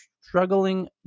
struggling